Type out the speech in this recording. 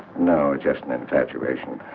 no chestnuts actuation.